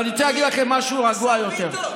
אבל אני רוצה להגיד לכם משהו רגוע יותר,